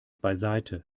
beiseite